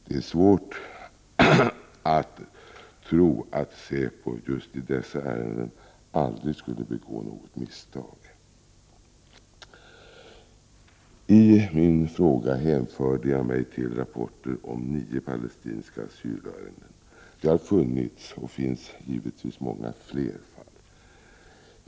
Det är svårt att tro att säpo just i dessa ärenden aldrig skulle begå något misstag. I min fråga hänförde jag mig till rapporter om nio palestinska asylärenden. Det har funnits, och finns, givetvis många fler fall.